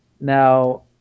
Now